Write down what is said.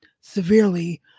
severely